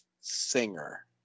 singer